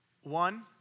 One